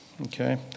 Okay